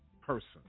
person